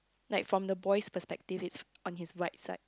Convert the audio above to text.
like from the boys perspective it's on his right side